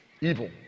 Evil